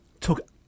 took